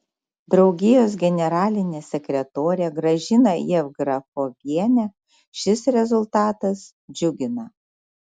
draugijos generalinę sekretorę gražiną jevgrafovienę šis rezultatas džiugina